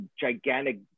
gigantic